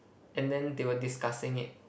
and then they were discussing it